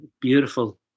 beautiful